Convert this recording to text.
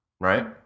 right